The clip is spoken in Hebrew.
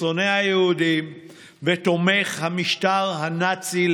שונא היהודים ותומך המשטר הנאצי.